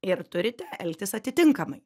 ir turite elgtis atitinkamai